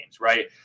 Right